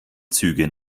züge